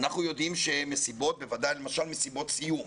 אנחנו יודעים שמסיבות, למשל מסיבות סיום